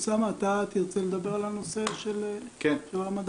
אוסאמה, אתה תרצה לדבר על הנושא של רמדאן?